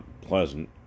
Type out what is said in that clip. pleasant